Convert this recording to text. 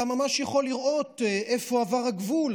אתה ממש יכול לראות איפה עבר הגבול,